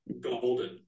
golden